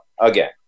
Again